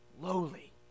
lowly